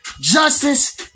justice